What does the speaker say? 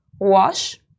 wash